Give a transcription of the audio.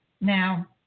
Now